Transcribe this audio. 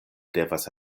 devas